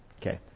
Okay